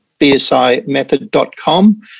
bsimethod.com